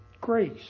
Grace